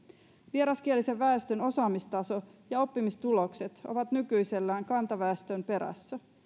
vieraskielisen väestön osaamistaso ja oppimistulokset ovat nykyisellään kantaväestön perässä